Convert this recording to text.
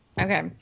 Okay